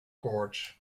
koorts